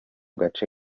gace